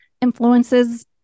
influences